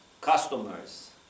customers